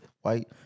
white